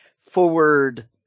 forward